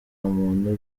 muntu